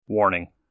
Warning